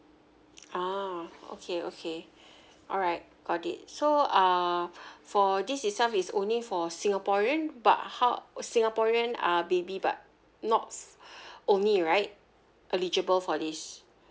ah okay okay alright got it so uh for this itself is only for singaporean but how singaporean uh baby but not only right eligible for this